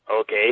okay